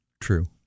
True